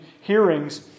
hearings